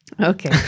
okay